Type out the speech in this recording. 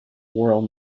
royal